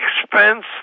expense